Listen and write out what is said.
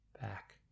back